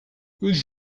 would